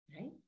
right